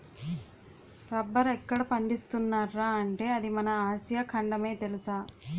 రబ్బరెక్కడ ఎక్కువ పండిస్తున్నార్రా అంటే అది మన ఆసియా ఖండమే తెలుసా?